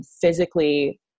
physically